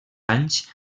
anys